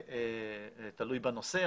תלוי בנושא,